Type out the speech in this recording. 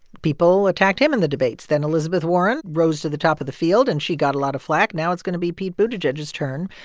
people attacked him in the debates. then elizabeth warren rose to the top of the field, and she got a lot of flak. now it's going to be pete buttigieg's turn,